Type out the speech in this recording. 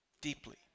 deeply